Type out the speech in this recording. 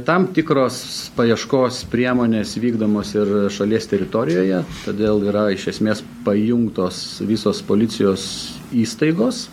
tam tikros paieškos priemonės vykdomos ir šalies teritorijoje todėl yra iš esmės pajungtos visos policijos įstaigos